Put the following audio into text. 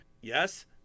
yes